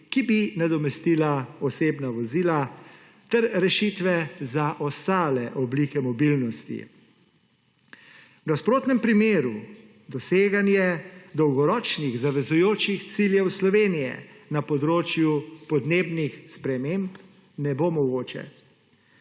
ki bi nadomestila osebna vozila, ter rešitve za ostale oblike mobilnosti. V nasprotnem primeru doseganje dolgoročnih zavezujočih ciljev Slovenije na področju podnebnih sprememb ne bo mogoče.